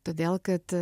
todėl kad